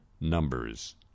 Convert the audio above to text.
numbers